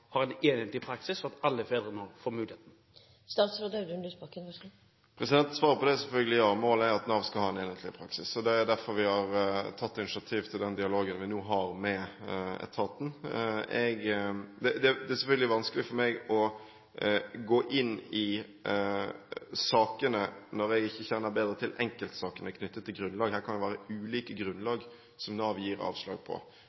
enhetlig praksis, sånn at alle fedre nå får muligheten? Svaret på det er selvfølgelig ja, målet er at Nav skal ha en enhetlig praksis. Det er derfor vi har tatt initiativ til den dialogen vi nå har med etaten. Det er selvfølgelig vanskelig for meg å gå inn i sakene når jeg ikke kjenner bedre til enkeltsakene knyttet til grunnlag – her kan det være ulike grunnlag som Nav gir avslag på.